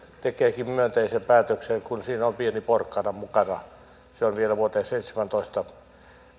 tekeekin myönteisen päätöksen kun siinä on pieni porkkana mukana se on vielä vuoteen seitsemässätoista